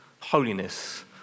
holiness